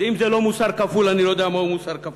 אז אם זה לא מוסר כפול אני לא יודע מהו מוסר כפול.